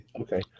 Okay